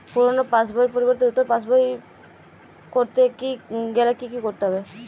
পুরানো পাশবইয়ের পরিবর্তে নতুন পাশবই ক রতে গেলে কি কি করতে হবে?